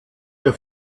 der